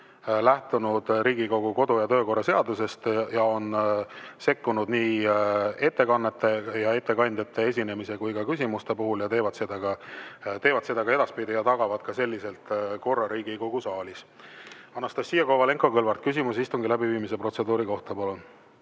lähtunud Riigikogu kodu- ja töökorra seadusest ja on sekkunud nii ettekandjate esinemise kui ka küsimuste puhul ja teevad seda ka edaspidi ja tagavad korra Riigikogu saalis. Anastassia Kovalenko-Kõlvart, küsimus istungi läbiviimise protseduuri kohta, palun!